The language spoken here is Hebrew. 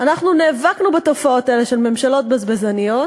נאבקנו בתופעות האלה של ממשלות בזבזניות,